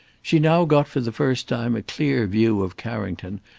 she now got for the first time a clear view of carrington,